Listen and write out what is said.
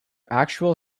actual